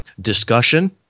discussion